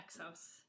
exos